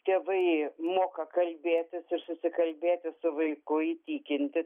tėvai moka kalbėtis ir susikalbėti su vaiku įtikinti